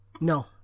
No